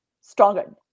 stronger